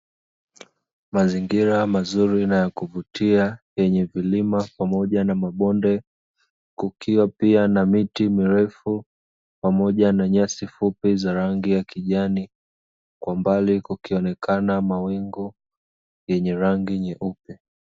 Mazingira mazuri na ya kuvutia yenye vilima pamoja na mabondekukiwa pia na miti mirefu pamoja na nyasi fupi za rangi ya kijani. Kwa mbali kukuonekana mawingu yenye rangi nyeupe.